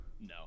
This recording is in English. No